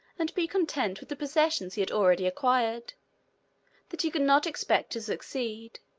and be content with the possessions he had already acquired that he could not expect to succeed,